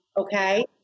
okay